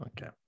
Okay